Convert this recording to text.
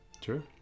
True